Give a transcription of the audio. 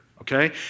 okay